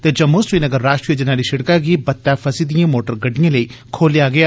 जम्मू श्रीनगर राश्ट्रीय जरनैली शिड़कै गी बत्तै फसी दिएं मोटर गड्डिएं लेई खोलेआ गेआ